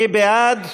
מי בעד?